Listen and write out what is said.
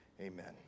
Amen